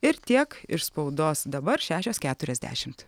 ir tiek iš spaudos dabar šešios keturiasdešimt